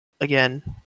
Again